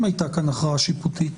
אם הייתה כאן הכרעה שיפוטית,